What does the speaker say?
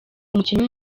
umukinnyi